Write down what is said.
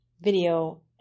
video